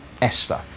Esther